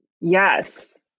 Yes